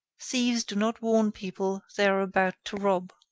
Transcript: thieves do not warn people they are about to rob.